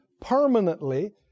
Permanently